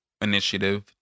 initiative